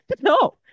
no